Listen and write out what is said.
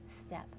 step